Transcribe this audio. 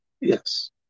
Yes